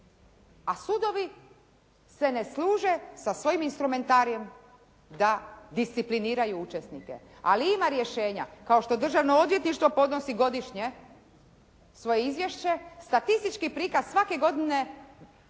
a sudovi se ne služe sa svojim instrumentarij da discipliniraju učesnike, ali ima rješenja. Kao što državno odvjetništvo podnosi godišnje svoje izvješće, statistički prikaz svake godine